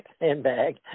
handbag